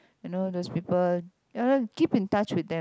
and all those people ya loh keep in touch with them